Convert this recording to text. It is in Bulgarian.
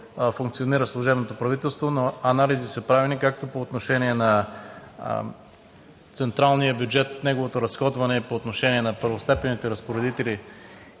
функционира служебното правителство. Но анализи са правени както по отношение на централния бюджет, неговото разходване по отношение на първостепенните разпоредители,